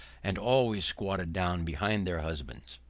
and always squatted down behind their husbands.